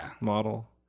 model